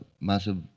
massive